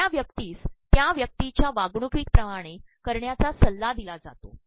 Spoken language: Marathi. दसु र्या व्यक्तीस त्या व्यक्तीच्या वागणुकीिमाणे करण्याचा सल्ला द्रदला जातो